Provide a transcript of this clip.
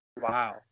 Wow